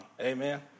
Amen